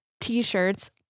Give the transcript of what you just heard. t-shirts